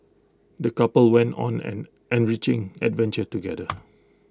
the couple went on an enriching adventure together